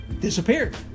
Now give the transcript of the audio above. disappeared